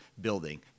building